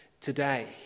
today